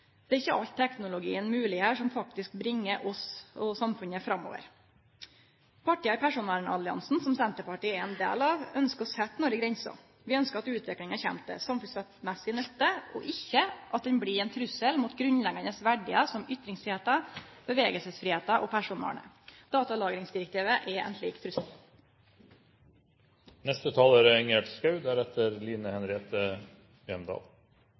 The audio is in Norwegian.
Det er ikkje alt teknologien mogleggjer som faktisk bringar oss og samfunnet framover. Partia i personvernalliansen, som Senterpartiet er ein del av, ønskjer å setje nokre grenser. Vi ønskjer at utviklinga kjem til samfunnsmessig nytte, og ikkje at ho blir ein trussel mot grunnleggjande verdiar som ytringsfridomen, bevegelsesfridomen og personvernet. Datalagringsdirektivet er ein slik